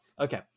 Okay